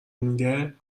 میده